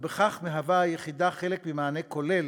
ובכך מהווה היחידה חלק ממענה כולל